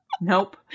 Nope